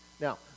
Now